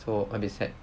so a bit sad